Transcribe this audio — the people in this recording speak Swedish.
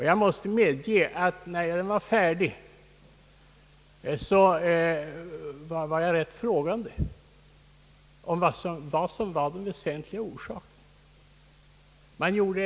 Jag måste medge att jag, när den var färdig, måste fråga mig vad som var den väsentliga orsaken till det negativa resultatet.